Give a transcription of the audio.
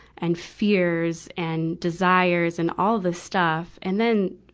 and fears and desires and all this stuff. and then,